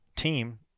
team